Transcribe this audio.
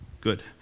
good